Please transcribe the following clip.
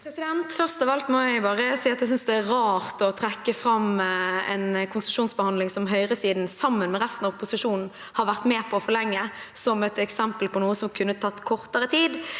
Først av alt må jeg si at jeg synes det er rart å trekke fram en konsesjonsbehandling som høyresiden sammen med resten av opposisjonen har vært med på å forlenge, som et eksempel på noe som kunne tatt kortere tid,